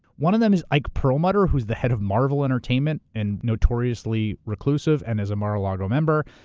one of them is ike perlmutter, who is the head of marvel entertainment and notoriously reclusive and is a mar-a-lago member.